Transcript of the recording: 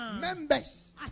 members